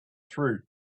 through